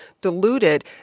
diluted